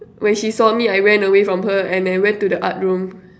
when she saw me I ran away from her and I went to the art room